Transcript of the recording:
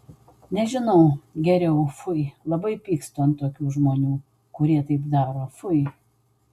nežinau geriau fui labai pykstu ant tokių žmonių kurie taip daro fui